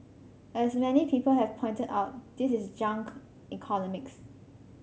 as many people have pointed out this is junk economics